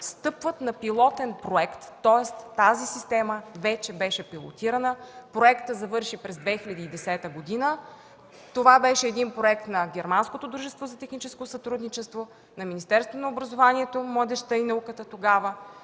стъпват на пилотен проект, тоест тази система вече беше пилотирана, проектът завърши през 2010 г. Това беше един проект на Германското дружество за техническо сътрудничество, на Министерството на образованието, младежта и науката тогава,